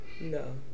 No